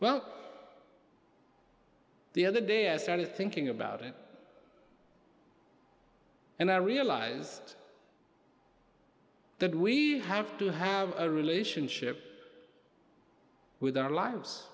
well the other day i started thinking about it and i realized that we have to have a relationship with our lives